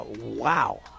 Wow